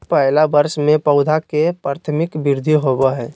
पहला वर्ष में पौधा के प्राथमिक वृद्धि होबो हइ